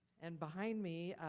and behind me,